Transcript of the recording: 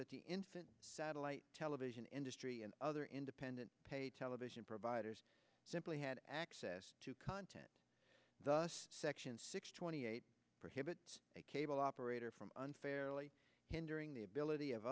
that the infant satellite television industry and other independent television providers simply had access to content thus section six twenty eight for him but a cable operator from unfairly hindering the ability of